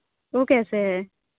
वह कैसे है